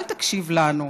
אל תקשיב לנו,